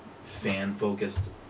fan-focused